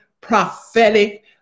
prophetic